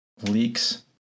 leaks